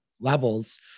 levels